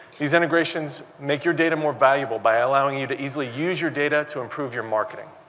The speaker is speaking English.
these integrations make your data more valuable by allowing you to easily use your data to improve your marketing.